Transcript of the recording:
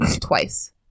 twice